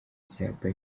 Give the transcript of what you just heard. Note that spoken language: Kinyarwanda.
icyapa